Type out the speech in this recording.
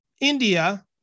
India